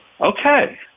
okay